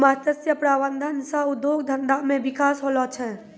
मत्स्य प्रबंधन सह उद्योग धंधा मे बिकास होलो छै